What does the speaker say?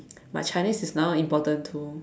but Chinese is now important too